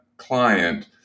client